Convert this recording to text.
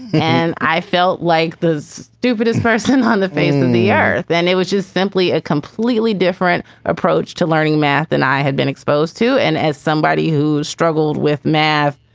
and i felt like the stupidest person on the face of the earth. then it was just simply a completely different approach to learning math. and i had been exposed to and as somebody who struggled with math,